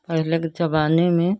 पहले के ज़माने में